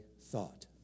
thought